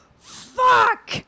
fuck